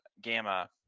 gamma